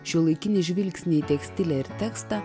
šiuolaikinį žvilgsnį tekstilę ir tekstą